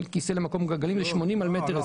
כיסא גלגלים שהוא 1.20 מטר על 80 סנטימטרים.